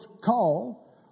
call